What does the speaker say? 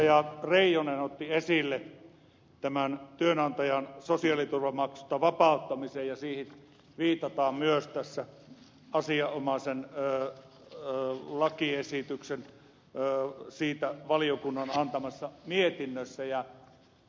reijonen otti esille tämän työnantajan sosiaaliturvamaksusta vapauttamisen ja siihen viitataan myös osa asianomaisen lakiesityksen ja siitä valiokunnalle antamasta niin valiokunnan mietinnössä